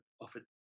offered